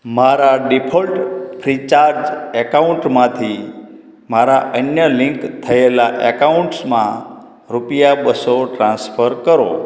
મારા default Freecharge અકાઉન્ટમાંથી મારા અન્ય લિંક થયેલાં અકાઉન્ટ્સમાં રૂપિયા બસો ટ્રાન્સફર કરો